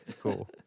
cool